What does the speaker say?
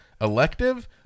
elective